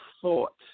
Thought